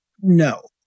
no